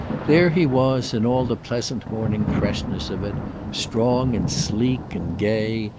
there he was in all the pleasant morning freshness of it strong and sleek and gay,